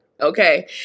Okay